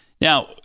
Now